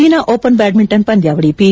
China Open badminton ಪಂದ್ಯಾವಳಿ P